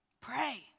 Pray